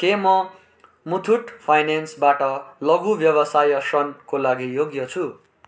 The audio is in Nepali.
के म मुथुत फाइनेन्सबाट लघु व्यवसाय श्रणको लागि योग्य छु